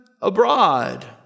abroad